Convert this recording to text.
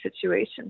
situation